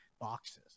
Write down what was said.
boxes